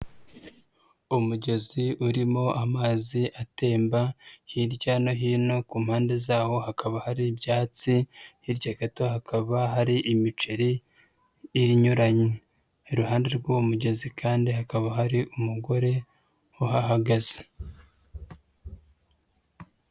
Umugezi urimo amazi atemba, hirya no hino ku mpande zaho hakaba hari ibyatsi, hirya gato hakaba hari imiceri inyuranye. Iruhande rw'uwo mugezi kandi hakaba hari umugore uhahagaze.